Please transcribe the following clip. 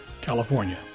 California